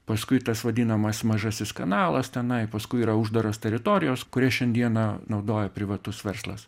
paskui tas vadinamas mažasis kanalas tenai paskui yra uždaros teritorijos kurias šiandieną naudoja privatus verslas